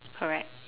correct